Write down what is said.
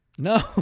No